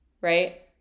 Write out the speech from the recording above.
right